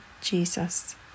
Jesus